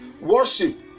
worship